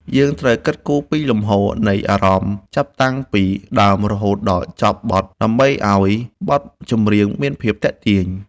យើងត្រូវគិតគូរពីលំហូរនៃអារម្មណ៍ចាប់តាំងពីដើមរហូតដល់ចប់បទដើម្បីឱ្យបទចម្រៀងមានភាពទាក់ទាញ។